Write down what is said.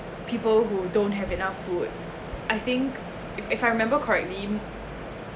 people who don't have enough food I think if if I remember correctly